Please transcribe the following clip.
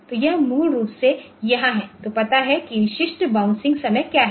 तो यह मूल रूप से यहाँ है तो पता है कि विशिष्ट बाउंसिंग समय क्या है